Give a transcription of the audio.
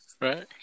Right